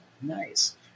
Nice